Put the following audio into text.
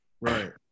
Right